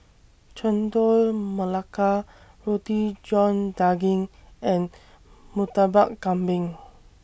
Chendol Melaka Roti John Daging and Murtabak Kambing